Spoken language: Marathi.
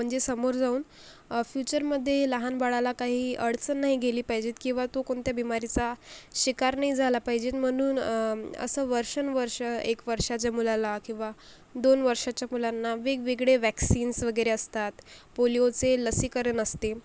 म्हणजे समोर जाऊन फ्युचरमध्ये लहान बाळाला काही अडचण नाही गेली पाहिजे किंवा तो कोणत्या बिमारीचा शिकार नाही झाला पाहिजे म्हणून असं वर्षंवर्ष एक वर्षाच्या मुलाला किंवा दोन वर्षाच्या मुलांना वेगवेगळे व्हॅक्सिन्स वगैरे असतात पोलिओचे लसीकरण असते